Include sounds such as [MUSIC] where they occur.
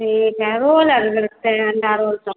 ठीक है रोल [UNINTELLIGIBLE] करे अंडा रोल तो